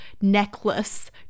necklace